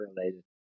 related